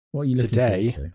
Today